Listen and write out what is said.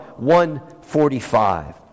145